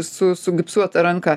su sugipsuota ranka